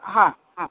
हां हां